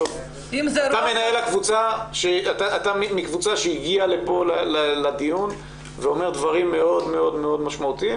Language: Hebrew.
אתה מנהל הקבוצה שהגיע לפה לדיון ואמר דברים מאוד מאוד משמעותיים